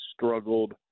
struggled